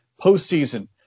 postseason